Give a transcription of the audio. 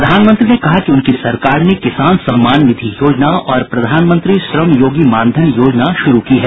प्रधानमंत्री ने कहा कि उनकी सरकार ने किसान सम्मान निधि योजना और प्रधानमंत्री श्रमयोगी मानधन योजना शुरू की है